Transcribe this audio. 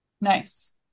Nice